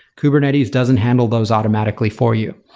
kubernetes doesn't handle those automatically for you.